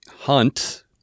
hunt